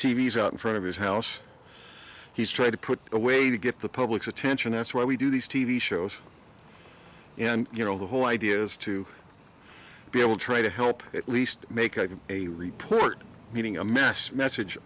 front of his house he's trying to put a way to get the public's attention that's why we do these t v shows and you know the whole idea is to be able try to help at least make up a report meeting a mess message